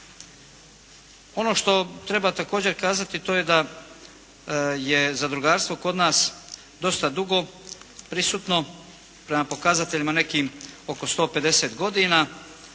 Ono što treba također kazati to je da je zadrugarstvo kod nas dosta dugo prisutno, prema pokazateljima nekim oko 150 godina